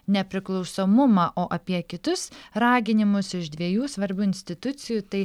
nepriklausomumą o apie kitus raginimus iš dviejų svarbių institucijų tai